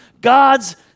god's